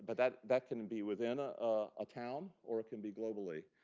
but that that can and be within a town or it can be globally.